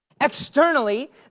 Externally